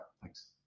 Thanks